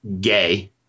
gay